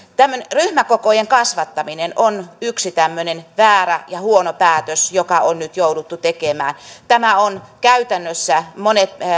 ryhmäkokojen kasvattaminen on yksi tämmöinen väärä ja huono päätös joka on nyt jouduttu tekemään tämä on käytännössä monet